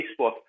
Facebook